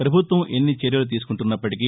ప్రభుత్వం ఎన్నిచర్యలు తీసుకుంటున్నప్పటికి